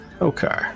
Okay